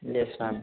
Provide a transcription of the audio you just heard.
yes ma'am